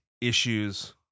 issues